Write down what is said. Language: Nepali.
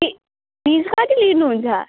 फिस् फिस् कति लिनुहुन्छ